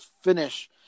finish